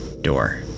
Door